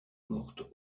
morte